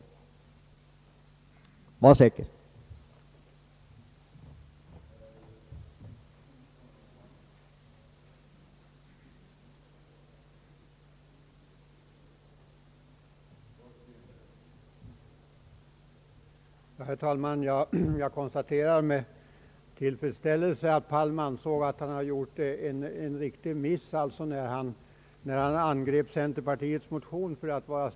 Var så säker!